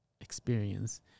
experience